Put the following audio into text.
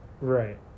Right